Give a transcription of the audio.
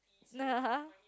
no